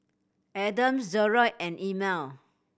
Adams Jerold and Emile